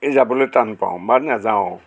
এই যাবলৈ টান পাওঁ বা নেযাওঁ